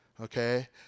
okay